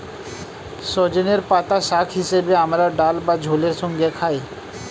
সজনের পাতা শাক হিসেবে আমরা ডাল বা ঝোলের সঙ্গে খাই